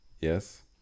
Yes